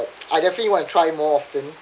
I definitely want to try more often